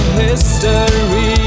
history